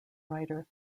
writer